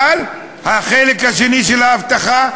אבל החלק השני של ההבטחה,